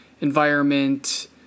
environment